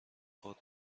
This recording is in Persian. خود